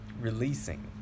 releasing